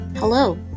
Hello